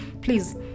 Please